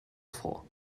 vor